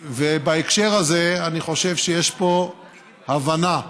ובהקשר הזה אני חושב שיש פה הבנה חד-משמעית,